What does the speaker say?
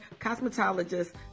cosmetologist